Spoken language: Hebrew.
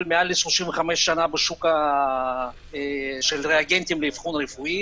מעל 35 שנים בשוק של ריאגנטים לאבחון רפואי.